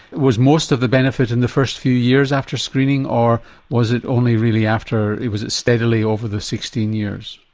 was most of the benefit in the first few years after screening or was it only really after, was it steadily over the sixteen years?